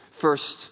first